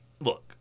look